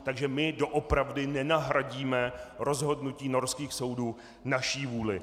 Takže my doopravdy nenahradíme rozhodnutí norských soudů naší vůlí.